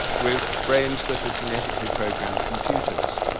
with brains that are genetically programmed computers.